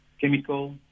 chemical